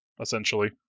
essentially